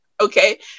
Okay